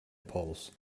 polls